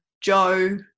Joe